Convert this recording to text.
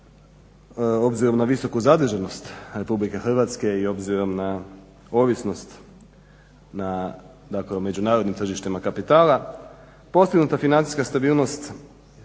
obzirom na visoku zaduženost RH i obzirom na ovisnost na međunarodnim tržištima kapitala postignuta financijska stabilnost